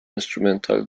instrumental